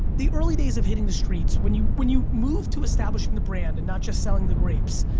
the early days of hitting the streets when you when you moved to establishing the brand and not just selling the grapes,